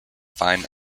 fine